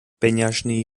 peňažný